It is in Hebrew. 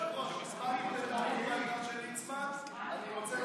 לוועדה שתקבע ועדת הכנסת נתקבלה.